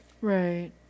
right